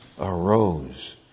arose